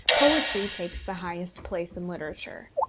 poetry takes the highest place in literature.